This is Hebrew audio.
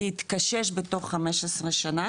להתקשש בתוך 15 שנה